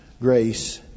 grace